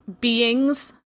beings